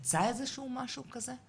יצא איזשהו משהו כזה?